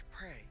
pray